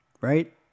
right